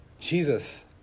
Jesus